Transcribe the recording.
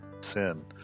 sin